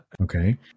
Okay